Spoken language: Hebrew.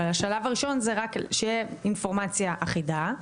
אבל השלב הראשון הוא שרק תהיה אינפורמציה אחידה,